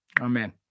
amen